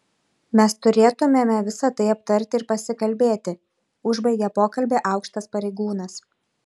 mes turėtumėme visa tai aptarti ir pasikalbėti užbaigė pokalbį aukštas pareigūnas